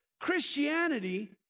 Christianity